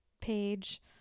page